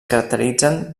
caracteritzen